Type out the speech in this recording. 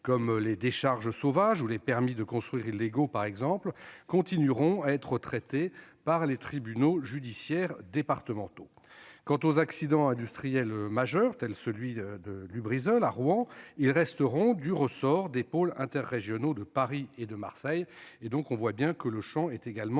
»- les décharges sauvages ou les permis de construire illégaux, par exemple -, continuera à être traité par les tribunaux judiciaires départementaux. Quant aux accidents industriels majeurs, tel celui de Lubrizol, à Rouen, ils resteront du ressort des pôles interrégionaux de Paris et de Marseille. On le voit, le champ d'intervention